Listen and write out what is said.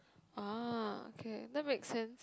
ah okay that make sense